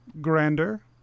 grander